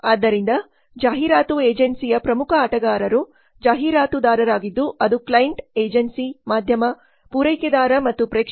ಆದ್ದರಿಂದ ಜಾಹೀರಾತು ಏಜೆನ್ಸಿಯ ಪ್ರಮುಖ ಆಟಗಾರರು ಜಾಹೀರಾತುದಾರರಾಗಿದ್ದು ಅದು ಕ್ಲೈಂಟ್ ಏಜೆನ್ಸಿ ಮಾಧ್ಯಮ ಪೂರೈಕೆದಾರ ಮತ್ತು ಪ್ರೇಕ್ಷಕರು